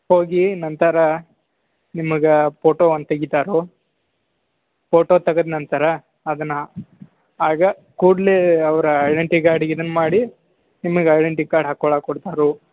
ಹೋಗಿ ನಂತರ ನಿಮಗೆ ಪೋಟೋ ಒಂದು ತೆಗಿತಾರೆ ಫೋಟೋ ತಗದ ನಂತರ ಅದನ್ನು ಆಗ ಕೂಡಲೇ ಅವ್ರು ಐಡೆಂಟಿ ಕಾರ್ಡಿಗೆ ಇದನ್ನ ಮಾಡಿ ನಿಮಗೆ ಐಡೆಂಟಿ ಕಾರ್ಡ್ ಹಾಕ್ಕೊಳಕ್ ಕೊಡ್ತಾರೆ